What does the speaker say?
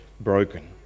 broken